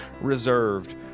reserved